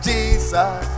Jesus